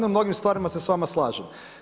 U mnogim stvarima se s vama slažem.